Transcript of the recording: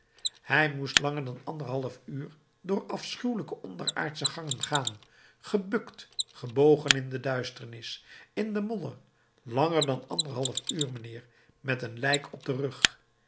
hij moest langer dan anderhalf uur door afschuwelijke onderaardsche gangen gaan gebukt gebogen in de duisternis in de modder langer dan anderhalf uur mijnheer met een lijk op den rug